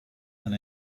and